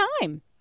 time